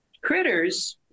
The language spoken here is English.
critters